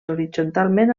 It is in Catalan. horitzontalment